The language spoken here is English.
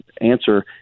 answer